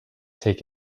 take